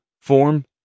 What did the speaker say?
form